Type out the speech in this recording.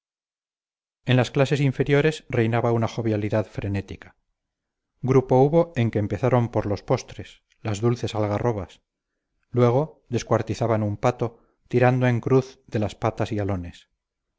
en las clases inferiores reinaba una jovialidad frenética grupo hubo en que empezaron por los postres las dulces algarrobas luego descuartizaban un pato tirando en cruz de las patas y alones